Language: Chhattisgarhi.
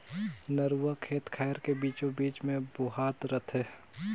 नरूवा खेत खायर के बीचों बीच मे बोहात रथे